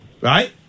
right